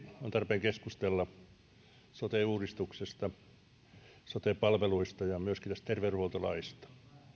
on tarpeen keskustella sote uudistuksesta sote palveluista ja myöskin tästä terveydenhuoltolaista